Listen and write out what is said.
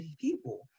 people